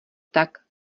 tak